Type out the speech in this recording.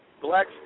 black